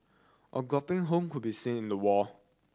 a gaping home could be seen in the wall